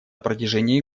протяжении